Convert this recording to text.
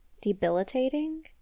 debilitating